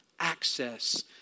access